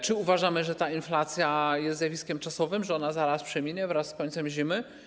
Czy uważamy, że inflacja jest zjawiskiem czasowym, że zaraz przeminie wraz z końcem zimy?